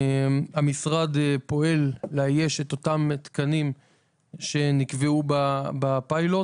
המשרד פועל לאייש את אותם התקנים שנקבעו בפיילוט